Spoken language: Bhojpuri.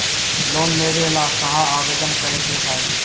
लोन लेवे ला कहाँ आवेदन करे के चाही?